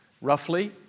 roughly